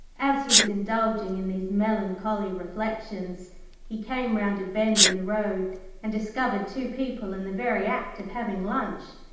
as he was indulging in these melancholy reflexions he came round a bend in the road, and discovered two people in the very act of having lunch.